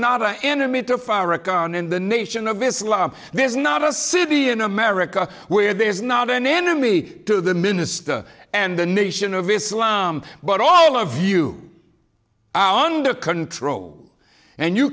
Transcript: not an enemy to farrakhan and the nation of islam there's not a city in america where there is not an enemy to the minister and the nation of islam but all of you under control and you